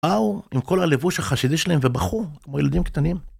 אהו עם כל הלבוש החשידי שלהם ובחו כמו ילדים קטנים.